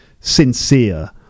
sincere